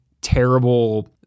terrible